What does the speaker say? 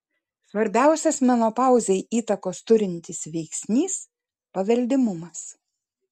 svarbiausias menopauzei įtakos turintis veiksnys paveldimumas